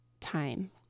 time